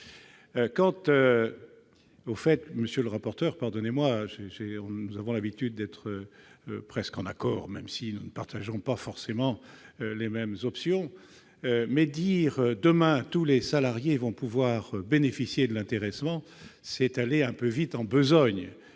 Allemagne, etc. Monsieur le rapporteur, nous avons l'habitude d'être presque en accord, même si nous ne partageons pas forcément les mêmes options, mais lorsque vous dites que, demain, tous les salariés vont pouvoir bénéficier de l'intéressement, vous allez un peu vite en besogne.